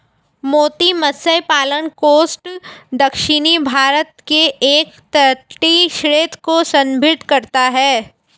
मोती मत्स्य पालन कोस्ट दक्षिणी भारत के एक तटीय क्षेत्र को संदर्भित करता है